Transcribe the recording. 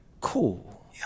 Cool